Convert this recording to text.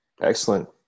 Excellent